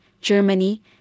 Germany